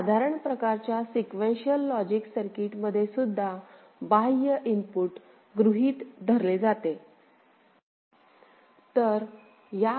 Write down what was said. साधारण प्रकारच्या sequential logic circuit मधे सुद्धा बाह्य इनपुट गृहीत धरले जाते